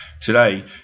Today